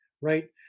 right